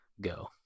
go